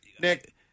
Nick